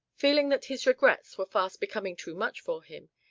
feeling that his regrets were fast becoming too much for him,